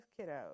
kiddos